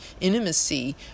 intimacy